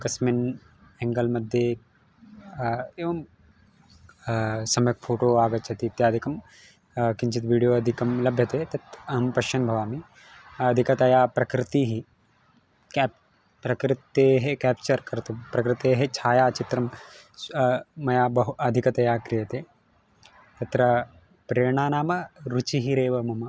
कस्मिन् एङ्गल् मध्ये एवं सम्यक् फ़ोटो आगच्छति इत्यादिकं किञ्चित् वीडियो अधिकं लभ्यते तत् अहं पश्यन् भवामि अधिकतया प्रकृतिः केप् प्रकृतेः केप्च्चर् कर्तुं प्रकृतेः छायाचित्रं मया बहु अधिकतया क्रियते तत्र प्रेरणा नाम रुचिरेव मम